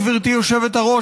גברתי היושבת-ראש,